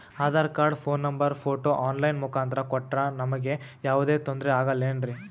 Aadhaar card, phone number, photo online ಮುಖಾಂತ್ರ ಕೊಟ್ರ ನಮಗೆ ಯಾವುದೇ ತೊಂದ್ರೆ ಆಗಲೇನ್ರಿ?